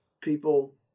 people